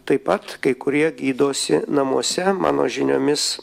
taip pat kai kurie gydosi namuose mano žiniomis